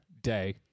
day